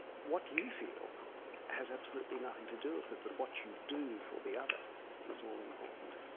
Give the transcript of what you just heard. what you feel has absolutely nothing to do with it but what you do for the other is all important.